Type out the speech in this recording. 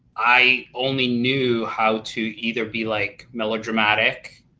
i only knew how to either be like miller dramatic,